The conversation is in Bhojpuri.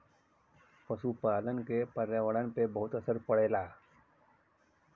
पसुपालन क पर्यावरण पे बहुत असर पड़ेला